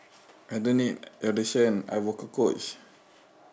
I don't need audition I vocal coach